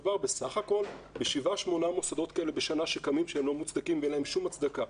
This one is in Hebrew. מדובר בסך הכול בשבעה-שמונה מוסדות כאלה שקמים בשנה שאין להם שום הצדקה,